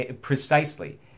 precisely